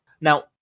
Now